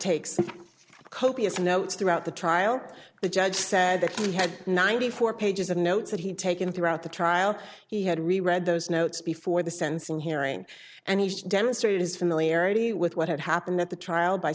takes copious notes throughout the trial the judge said that he had ninety four pages of notes that he'd taken throughout the trial he had really read those notes before the sentencing hearing and he demonstrated his familiarity with what had happened at the trial by